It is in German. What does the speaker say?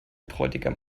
bräutigam